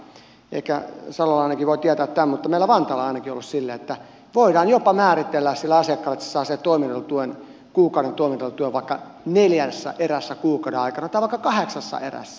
ehkä salolainenkin voi tietää tämän mutta meillä vantaalla on ainakin ollut silleen että voidaan jopa määritellä sille asiakkaalle että se saa sen kuukauden toimeentulotuen vaikka neljässä erässä kuukauden aikana tai vaikka kahdeksassa erässä